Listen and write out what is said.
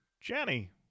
Jenny